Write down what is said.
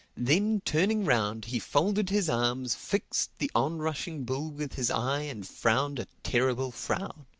then turning round he folded his arms, fixed the on-rushing bull with his eye and frowned a terrible frown.